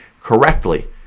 correctly